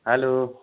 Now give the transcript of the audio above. hello